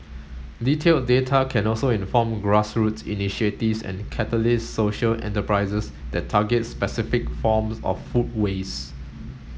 detailed data can also inform grassroots initiatives and catalyse social enterprises that target specific forms of food waste